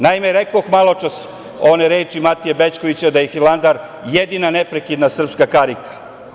Naime, rekoh maločas one reči Matije Bećkovića da je Hilandar jedina neprekidna srpska karika.